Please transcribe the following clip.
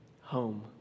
home